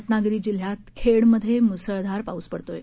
रत्नागिरी जिल्ह्यातील खेडमध्ये मुसळदार पाऊस पडत आहे